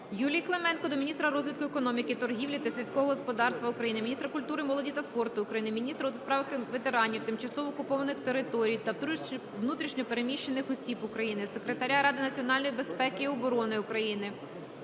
Юлії Клименко до міністра розвитку економіки, торгівлі та сільського господарства України, міністра культури, молоді та спорту України, міністра у справах ветеранів, тимчасово окупованих територій та внутрішньо переміщених осіб України, Секретаря Ради національної безпеки і оборони України,